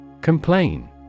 Complain